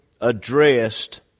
addressed